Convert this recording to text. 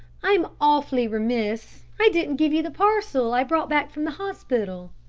i'm awfully remiss, i didn't give you the parcel i brought back from the hospital.